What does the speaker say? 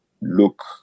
look